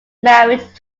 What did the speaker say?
married